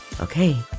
Okay